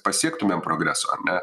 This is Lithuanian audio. pasiektumėm progresą ar ne